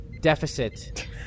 deficit